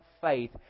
faith